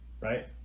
right